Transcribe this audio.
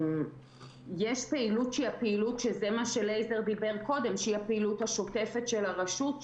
יש פעילות מה שלייזר דיבר קודם שהיא הפעילות השוטפת של הרשות,